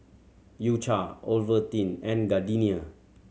U Cha Ovaltine and Gardenia